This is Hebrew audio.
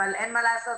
אבל אין מה לעשות,